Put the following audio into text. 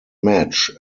match